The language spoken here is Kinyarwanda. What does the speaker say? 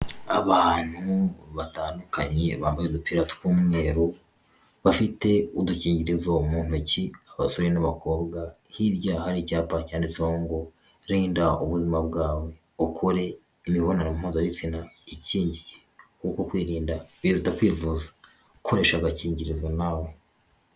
Abantu batandukanye bambaye udupira tw'umweru, bafite udukingirizo mu ntoki abasore n'abakobwa, hirya hari icyapa cyanditseho ngo ''Rinda ubuzima bwawe ukore imibonano mpuzabitsina ikingiye kuko kwirinda biruta kwivuza, koresha agakingirizo nawe.''